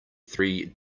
three